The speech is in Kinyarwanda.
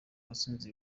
batsinda